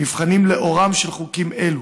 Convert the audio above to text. נבחנים לאורם של חוקים אלה,